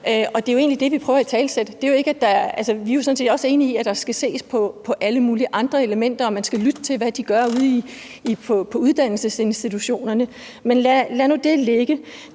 egentlig det, vi prøver at italesætte. Vi er sådan set også enige i, at der skal ses på alle mulige andre elementer, og at man skal lytte til, hvad de gør ude på uddannelsesinstitutionerne. Men lad nu det ligge.